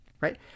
right